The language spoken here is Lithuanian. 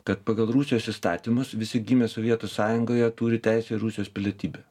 kad pagal rusijos įstatymus visi gimę sovietų sąjungoje turi teisę į rusijos pilietybę